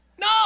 No